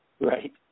Right